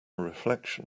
reflection